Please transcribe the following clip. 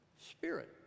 spirit